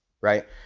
right